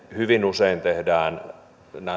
hyvin usein tehdään